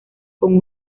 con